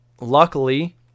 luckily